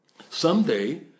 Someday